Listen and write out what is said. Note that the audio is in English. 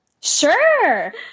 Sure